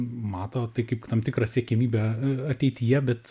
mato tai kaip tam tikrą siekiamybę ateityje bet